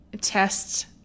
tests